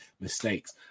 mistakes